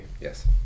Yes